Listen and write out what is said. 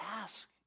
ask